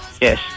Yes